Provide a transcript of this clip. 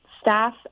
staff